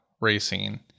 racing